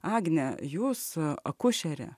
agne jūs akušerė